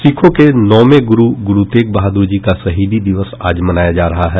सिखों के नौवें गुरु गुरु तेग बहादुर जी का शहीदी दिवस आज मनाया जा रहा है